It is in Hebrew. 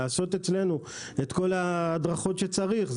לעשות אצלנו את כל ההדרכות שצריך,